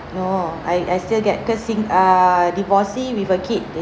no I I still get cause in err divorcee with a kid